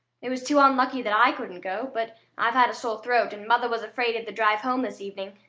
it was too unlucky that i couldn't go but i've had a sore throat, and mother was afraid of the drive home this evening.